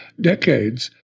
decades